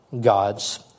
gods